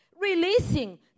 releasing